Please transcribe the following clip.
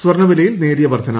സ്വർണ വിലയിൽ നേരിയ വർദ്ധന